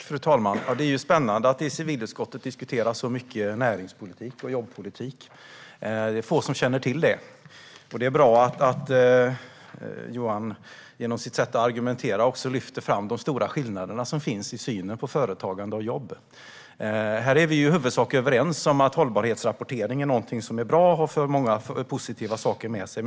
Fru talman! Det är spännande att i civilutskottet debattera så mycket närings och jobbpolitik. Det är få som känner till att vi gör det. Det är bra att Johan genom sitt sätt att argumentera också lyfter fram de stora skillnader som finns i synen på företagande och jobb. Vi är i huvudsak överens om att hållbarhetsrapportering är någonting bra och att det för många positiva saker med sig.